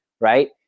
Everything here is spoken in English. Right